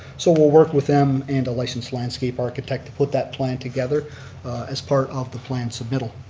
so we'll work with them and a licensed landscape architect to put that plan together as part of the plan submittal.